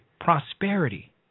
prosperity